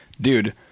dude